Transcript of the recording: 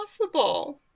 possible